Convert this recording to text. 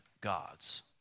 gods